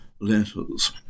letters